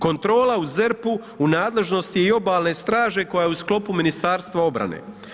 Kontrola u ZERP-u u nadležnosti je i obalne straže koja je u sklopu Ministarstva obrane.